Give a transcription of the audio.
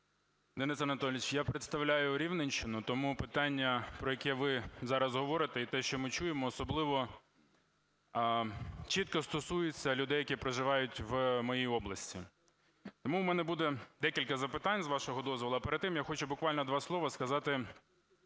Денис Анатолійович, я представляю Рівненщину, тому питання, про яке ви зараз говорите, і те, що ми чуємо, особливо чітко стосується людей, які проживають в моїй області. Тому в мене буде декілька запитань, з вашого дозволу. А перед тим я хочу буквально два слова сказати